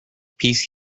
piece